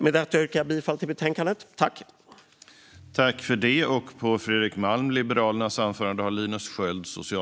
Med detta yrkar jag bifall till utskottets förslag i betänkandet.